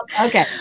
okay